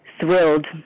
thrilled